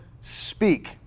speak